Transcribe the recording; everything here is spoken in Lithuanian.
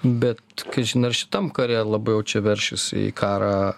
bet kažin ar šitam kare labai jau čia veršis į karą